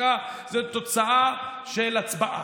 זו התוצאה של הצבעה.